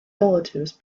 relatives